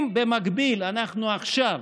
אם במקביל אנחנו עכשיו